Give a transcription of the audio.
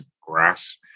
grass